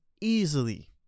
easily